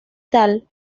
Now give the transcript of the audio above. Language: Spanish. tal